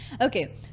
Okay